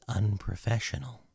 unprofessional